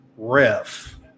ref